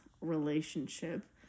relationship